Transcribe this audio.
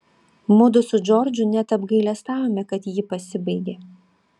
mudu su džordžu net apgailestavome kad ji pasibaigė